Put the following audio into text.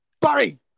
Barry